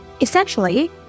Essentially